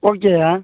ஓகேய்யா